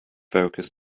focus